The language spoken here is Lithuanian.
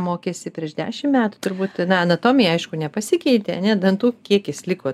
mokėsi prieš dešimt metų turbūt na anatomija aišku nepasikeitė ane dantų kiekis liko